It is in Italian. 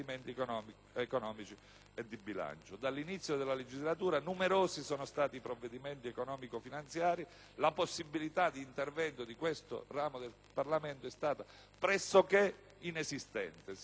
Dall'inizio della legislatura numerosi sono stati i provvedimenti economico-finanziari, ma la possibilità di intervento di questo ramo del Parlamento è stata pressoché inesistente.